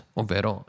ovvero